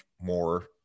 more